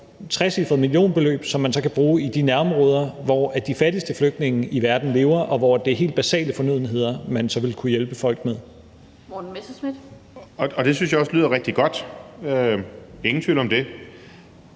trecifrede millionbeløb, som man så kan bruge i de nærområder, hvor de fattigste flygtninge i verden lever, og hvor det er helt basale fornødenheder, man så vil kunne hjælpe folk med. Kl. 15:58 Den fg. formand (Annette Lind): Morten Messerschmidt.